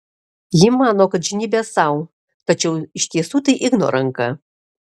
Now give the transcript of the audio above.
ji mano kad žnybia sau tačiau iš tiesų tai igno ranka